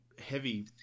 heavy